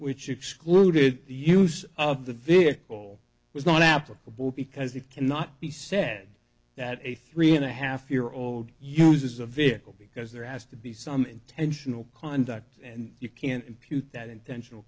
which excluded the use of the vehicle was not applicable because it cannot be said that a three and a half year old uses a vehicle because there has to be some intentional conduct and you can't impute that intentional